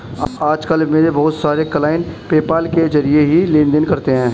आज कल मेरे बहुत सारे क्लाइंट पेपाल के जरिये ही लेन देन करते है